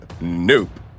Nope